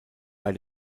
bei